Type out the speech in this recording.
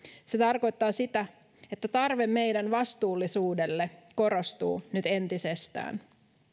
se tarkoittaa sitä että tarve meidän vastuullisuudelle korostuu nyt entisestään